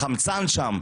החמצן שם,